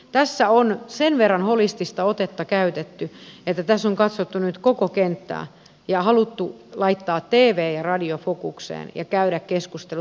tässä on sen verran holistista otetta käytetty että tässä on katsottu nyt koko kenttää ja haluttu laittaa tv ja radio fokukseen ja käydä keskustelu tvhen ja radioon liittyen